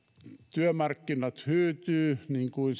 työmarkkinat hyytyvät niin kuin